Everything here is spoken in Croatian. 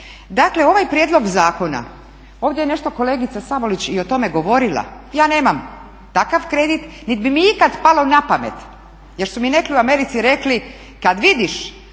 Dakle, ovaj prijedlog zakona, ovdje je nešto kolegica Sabolić i o tome govorila. Ja nemam takav kredit, niti bi mi ikad palo na pamet jer su mi neki u Americi rekli kad vidiš